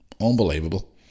Unbelievable